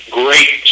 great